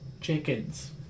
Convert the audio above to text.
chickens